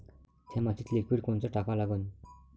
थ्या मातीत लिक्विड कोनचं टाका लागन?